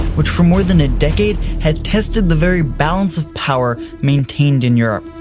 which for more than a decade had tested the very balance of power maintained in europe.